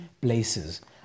places